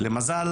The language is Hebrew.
למזל,